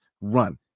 Run